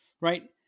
Right